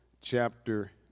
chapter